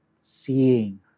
seeing